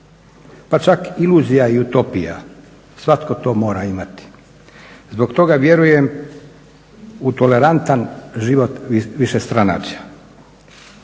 pa čak iluzija i utopija, svatko to mora imati. Zbog toga vjerujem u tolerantan život višestranačja.